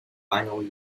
final